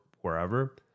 wherever